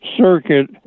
circuit